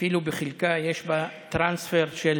ואפילו בחלקה יש טרנספר של